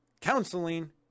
counseling